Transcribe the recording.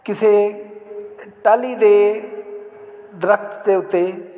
ਕਿਸੇ ਟਾਹਲੀ ਦੇ ਦਰੱਖਤ ਦੇ ਉੱਤੇ